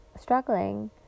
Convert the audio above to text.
struggling